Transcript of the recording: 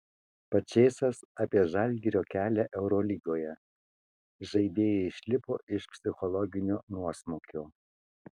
pačėsas apie žalgirio kelią eurolygoje žaidėjai išlipo iš psichologinio nuosmukio